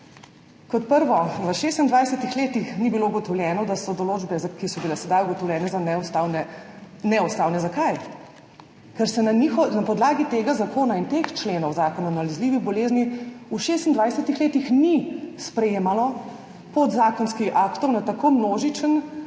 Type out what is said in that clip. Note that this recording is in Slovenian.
kot prvo, v 26 letih ni bilo ugotovljeno, da so določbe, ki so bile sedaj ugotovljene za neustavne, neustavne. Zakaj? Ker se glede njih na podlagi tega zakona in teh členov Zakona o nalezljivih boleznih v 26 letih ni sprejemalo podzakonskih aktov na tako množičen